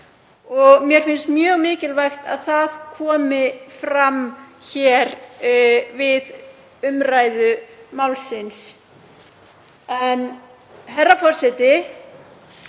mér finnst mjög mikilvægt að það komi fram við umræðu málsins.